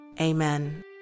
Amen